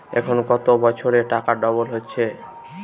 এখন কত বছরে টাকা ডবল হচ্ছে?